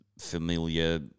familiar